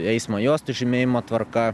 eismo juostų žymėjimo tvarka